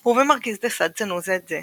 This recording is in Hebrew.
הוא והמרקיז דה סאד שנאו זה את זה,